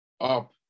up